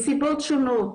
מסיבות שונות